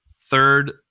third